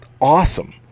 awesome